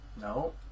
No